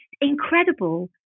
incredible